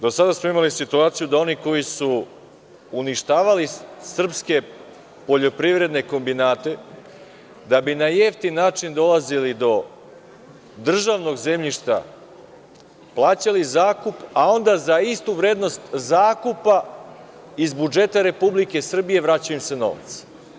Do sada smo imali situaciju da oni koji su uništavali srpske poljoprivredne kombinate, da bi na jeftin način dolazili do državnog zemljišta, plaćali zakup, a onda im se za istu vrednost zakupa iz budžeta Republike Srbije vraća novac.